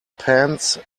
pants